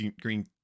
green